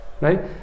Right